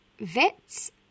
Vets